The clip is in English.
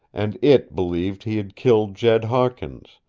and it believed he had killed jed hawkins,